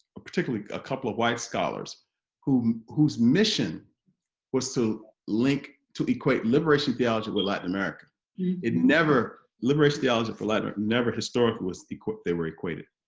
ah particularly a couple of white scholars who whose mission was to link to equate liberation theology with latin america it never liberates theology for latin never historically was equipped they were equated